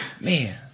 Man